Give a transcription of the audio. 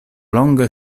longe